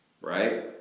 right